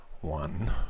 one